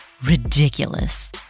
Ridiculous